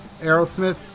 Aerosmith